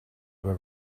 were